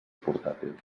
portàtils